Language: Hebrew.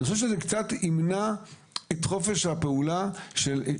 אני חושב שזה ימנע את חופש הפעולה של ראש הרשות.